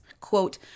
Quote